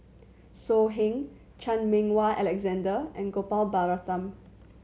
So Heng Chan Meng Wah Alexander and Gopal Baratham